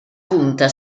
punta